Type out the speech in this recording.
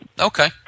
Okay